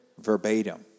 verbatim